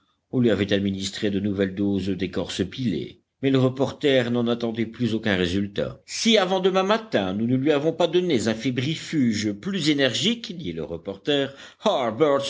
on lui avait administré de nouvelles doses d'écorce pilée mais le reporter n'en attendait plus aucun résultat si avant demain matin nous ne lui avons pas donné un fébrifuge plus énergique dit le reporter